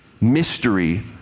mystery